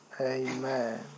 Amen